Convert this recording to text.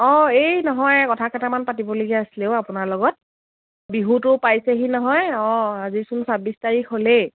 অঁ এই নহয় কথা কেইটামান পাতিবলগীয়া আছিলে অ' আপোনাৰ লগত বিহুটো পাইছেহি নহয় অঁ আজিচোন ছাব্বিছ তাৰিখ হ'লেই